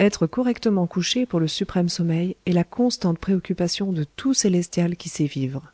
être correctement couché pour le suprême sommeil est la constante préoccupation de tout célestial qui sait vivre